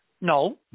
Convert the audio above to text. No